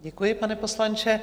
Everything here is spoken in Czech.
Děkuji, pane poslanče.